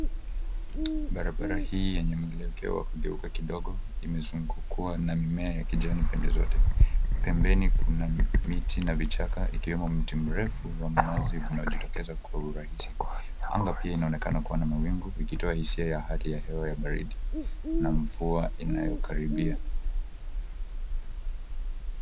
Barabara hii yenye mwelekeo wa kugeuka kidogo, imezungukwa na mimea ya kijani pande zote. Pembeni kuna miti na vichaka, ikiwemo mti mrefu wa mnazi unaojitokeza kwa urahisi. Anga pia inaonekana kuwa na mawingu ikitoa hisia ya hali ya hewa ya baridi, na mvua inayokaribia.